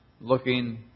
looking